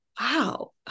wow